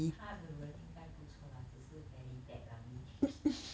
他的人应该不错 lah 只是 very bad lah me